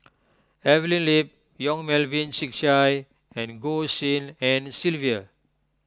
Evelyn Lip Yong Melvin Yik Chye and Goh Tshin En Sylvia